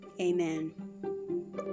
amen